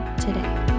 today